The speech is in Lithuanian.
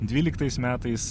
dvyliktais metais